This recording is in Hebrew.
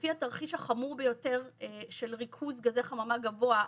לפי התרחיש החמור ביותר של ריכוז גזי חממה גבוה,